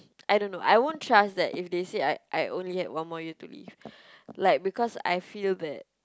I don't know I won't trust that if they say I I only have one more year to live like because I feel that